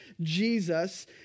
Jesus